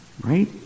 Right